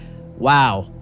wow